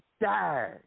died